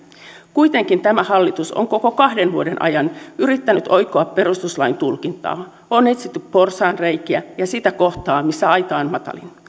kuitenkin tämä hallitus on koko kahden vuoden ajan yrittänyt oikoa perustuslain tulkintaa on etsitty porsaanreikiä ja sitä kohtaa missä aita on matalin